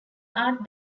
art